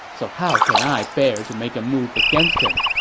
so how can i bear to make a move against him?